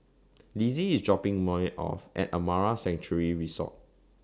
Lizzie IS dropping off At Amara Sanctuary Resort